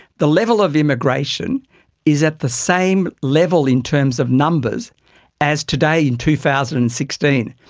the level of immigration is at the same level in terms of numbers as today in two thousand and sixteen.